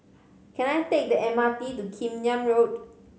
can I take the M R T to Kim Yam Road